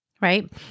right